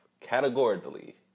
categorically